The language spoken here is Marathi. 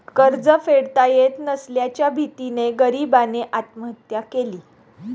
कर्ज फेडता येत नसल्याच्या भीतीने गरीबाने आत्महत्या केली